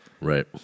Right